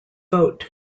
vote